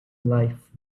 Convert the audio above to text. life